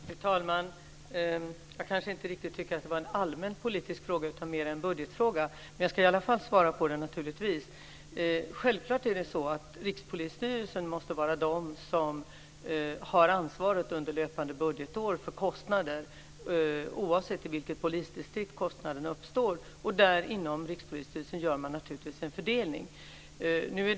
Fru talman! Jag tycker kanske inte riktigt att det var en allmänpolitisk fråga, utan mer en budgetfråga. Men jag ska naturligtvis svara på den i alla fall. Självfallet måste Rikspolisstyrelsen vara den som har ansvaret under löpande budgetår för kostnader oavsett i vilket polisdistrikt kostnaden uppstår. Inom Rikspolisstyrelsen gör man naturligtvis en fördelning.